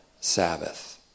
Sabbath